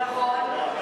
נכון.